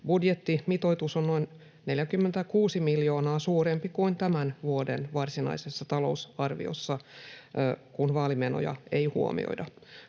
Budjettimitoitus on noin 46 miljoonaa suurempi kuin tämän vuoden varsinaisessa talousarviossa, kun vaalimenoja ei huomioida.